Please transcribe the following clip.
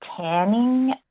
tanning